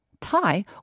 tie